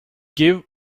give